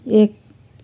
एक